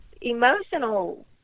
emotional